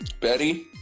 Betty